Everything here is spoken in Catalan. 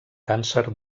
càncer